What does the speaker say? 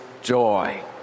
joy